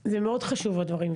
חשובים.